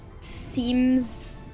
seems